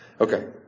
Okay